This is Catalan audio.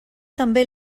també